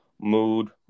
mood